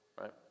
right